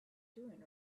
doing